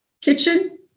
Kitchen